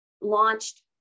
launched